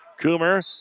Coomer